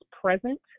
present